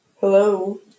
Hello